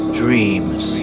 dreams